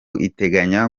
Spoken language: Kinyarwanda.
iteganya